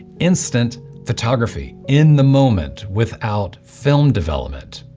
instant photography, in the moment, without film development.